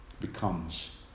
becomes